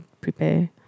prepare